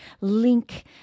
link